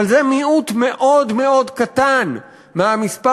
אבל זה מיעוט מאוד מאוד קטן מהמספר